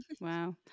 Wow